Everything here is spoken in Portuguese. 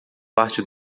parte